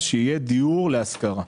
שיהיה דיור להשכרה,